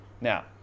Now